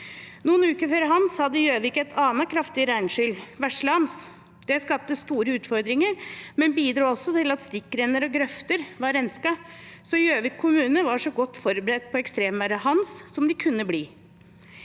Noen uker før «Hans» hadde Gjøvik et annet kraftig regnskyll, «Vesle-Hans». Det skapte store utfordringer, men bidro også til at stikkrenner og grøfter var rensket. Gjøvik kommune var så godt forberedt på ekstremværet «Hans» som de kunne bli.